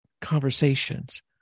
conversations